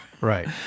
right